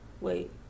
Wait